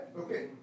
Okay